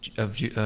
of the